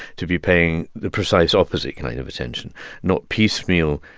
to be paying the precise opposite kind of attention not piecemeal,